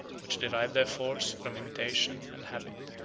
which derive their force from imitation and habit.